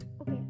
Okay